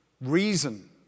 reason